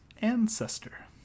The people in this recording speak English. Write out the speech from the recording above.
Ancestor